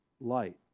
light